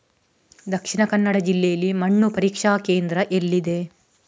ದಕ್ಷಿಣ ಕನ್ನಡ ಜಿಲ್ಲೆಯಲ್ಲಿ ಮಣ್ಣು ಪರೀಕ್ಷಾ ಕೇಂದ್ರ ಎಲ್ಲಿದೆ?